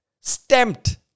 stamped